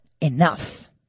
enough